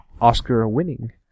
Oscar-winning